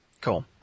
Cool